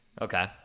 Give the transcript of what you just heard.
Okay